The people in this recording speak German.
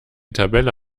tabelle